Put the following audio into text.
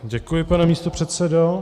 Děkuji, pane místopředsedo.